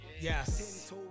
yes